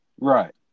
right